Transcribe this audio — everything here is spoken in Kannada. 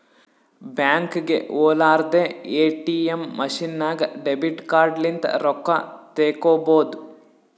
ಬ್ಯಾಂಕ್ಗ ಹೊಲಾರ್ದೆ ಎ.ಟಿ.ಎಮ್ ಮಷಿನ್ ನಾಗ್ ಡೆಬಿಟ್ ಕಾರ್ಡ್ ಲಿಂತ್ ರೊಕ್ಕಾ ತೇಕೊಬೋದ್